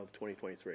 2023